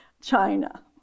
China